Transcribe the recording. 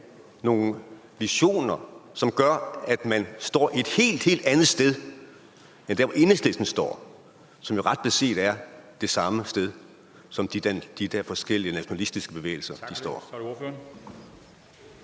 nogle visioner, som gør, at man står et helt, helt andet sted end der, hvor Enhedslisten står, som jo ret beset er det samme sted, som de der forskellige nationalistiske bevægelser